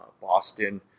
Boston